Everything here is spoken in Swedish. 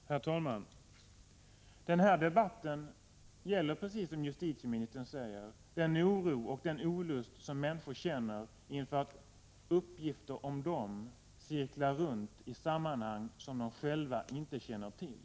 Herr talman! Den här debatten gäller, som justitieministern säger, den oro och den olust som människor känner inför att uppgifter om dem cirklar runt i sammanhang som de själva inte känner till.